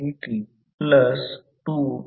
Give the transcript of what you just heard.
2 henry आहेत coupling coefficient K 0